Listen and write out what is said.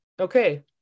okay